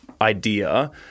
idea